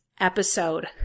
episode